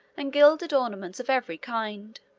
and gilded ornaments of every kind.